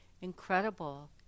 incredible